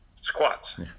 Squats